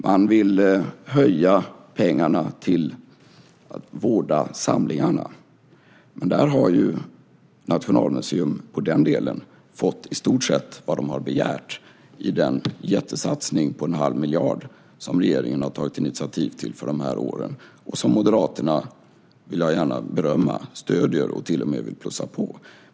Man vill öka pengarna till att vårda samlingarna. Men när det gäller den delen har Nationalmuseum i stort sett fått vad man har begärt i den jättesatsning på en halv miljard som regeringen har tagit initiativ till för de här åren. Moderaterna - det vill jag gärna berömma - stöder detta och vill till och med plussa på det.